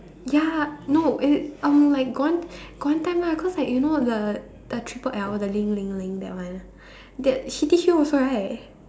ya no it uh like got one got one time lah cause like you know the the triple L the Ling Ling Ling that one that she teach you also right